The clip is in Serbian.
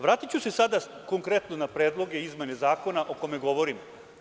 Vratiću se sada konkretno na predloge izmena zakona o kome govorimo.